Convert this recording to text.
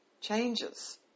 Changes